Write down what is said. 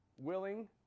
Willing